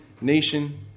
nation